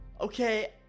Okay